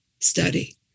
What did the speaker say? study